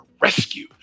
rescue